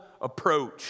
approach